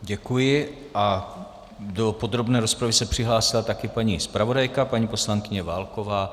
Děkuji a do podrobné rozpravy se přihlásila také paní zpravodajka, paní poslankyně Válková.